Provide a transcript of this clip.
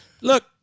Look